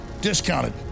discounted